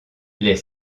les